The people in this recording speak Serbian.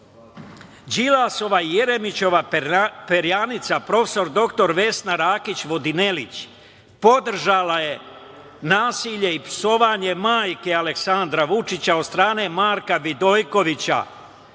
Đilasova i Jermićova perjanica, prof. dr Vesna Rakić Vodinelić podržala je nasilje i psovanje majke Aleksandra Vučića od strane Marka Vidojkovića,